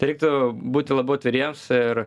tai reiktų būti labiau atviriems ir